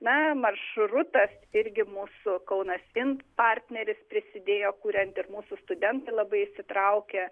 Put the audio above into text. na maršrutas irgi mūsų kaunas in partneris prisidėjo kuriant ir mūsų studentai labai įsitraukė